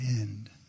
end